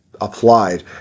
applied